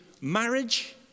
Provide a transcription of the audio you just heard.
marriage